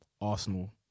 Arsenal